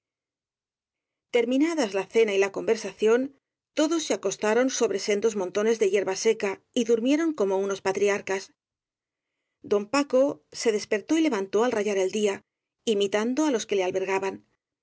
terminadas la cena y la conversación todos se acostaron sobre sendos montones de hierba seca y durmieron como unos patriarcas don paco se despertó y levantó al rayar el día imitando á los que le albergaban